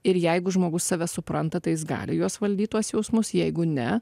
ir jeigu žmogus save supranta tai jis gali juos valdyt tuos jausmus jeigu ne